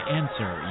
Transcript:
answer